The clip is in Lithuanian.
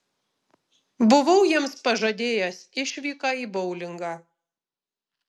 buvau jiems pažadėjęs išvyką į boulingą